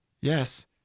Yes